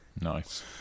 Nice